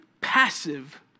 passive